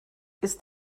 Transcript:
ist